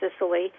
Sicily